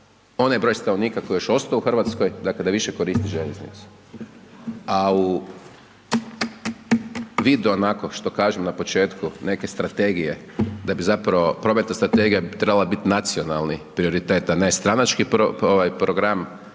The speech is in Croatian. onaj broj stanovnika koji je još ostao u Hrvatskoj dakle da više koristi željeznicu. A u vidu, onako što kažu na početku neke strategije, da bi zapravo prometna strategija bi trebala biti nacionalni prioritet, a ne stranački ovaj